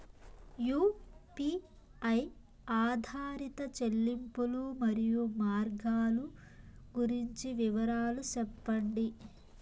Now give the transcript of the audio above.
UPI ఆధారిత చెల్లింపులు, మరియు మార్గాలు గురించి వివరాలు సెప్పండి?